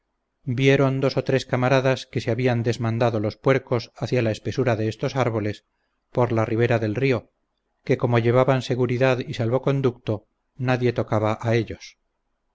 vieron dos o tres camaradas que se habían desmandado los puercos hacia la espesura de estos árboles por la ribera del río que como llevaban seguridad y salvoconducto nadie tocaba a ellos